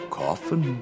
coffin